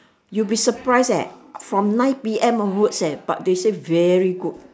you be surprised eh from nine P M onwards eh but they say very good